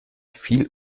viel